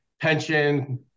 pension